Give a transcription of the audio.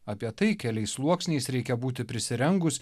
apie tai keliais sluoksniais reikia būti prisirengus